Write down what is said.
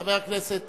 חבר הכנסת